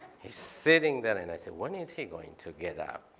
he's sitting there, and i said, when is he going to get up?